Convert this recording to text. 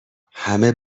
همه